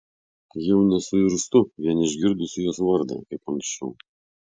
jau nesuirztu vien išgirdusi jos vardą kaip anksčiau